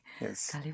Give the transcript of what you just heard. Yes